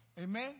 Amen